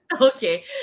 okay